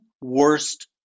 worst